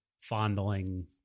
fondling